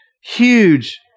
Huge